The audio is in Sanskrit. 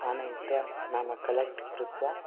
आनयित्वा नाम कलेक्ट् कृत्वा